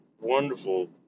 wonderful